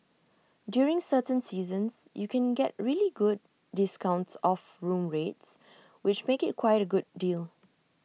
during certain seasons you can get really good discounts off room rates which make IT quite A good deal